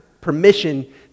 permission